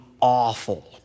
awful